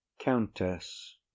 countess